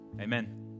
Amen